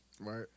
Right